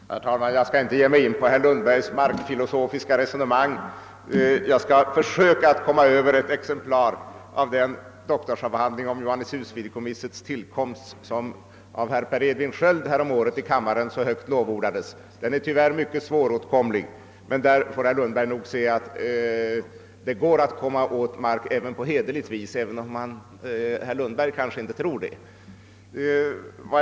Herr talman! Jag skall inte ge mig in på herr Lundbergs markfilosofiska resonemang. Jag skall försöka komma över ett exemplar av den doktorsavhandling om Johannishusfideikommissets tillkomst, som häromåret lovordades av herr Per Edvin Sköld här i kammaren. Den är tyvärr mycket svåråtkomlig. Men där kan herr Lundberg få se att det går att komma över mark även på hederligt sätt, även om herr Lundberg kanske inte tror det.